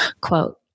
Quote